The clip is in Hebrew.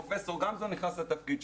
פרופ' גמזו, נכנס לתפקיד שלו.